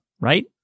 Right